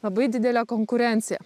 labai didelė konkurencija